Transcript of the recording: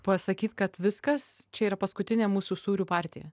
pasakyt kad viskas čia yra paskutinė mūsų sūrių partija